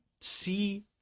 see